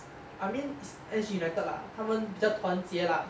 I mean it's S_G united lah 他们比较团结 lah